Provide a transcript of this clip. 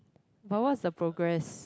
but what's the progress